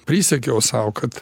prisiekiau sau kad